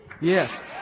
Yes